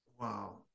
Wow